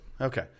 Okay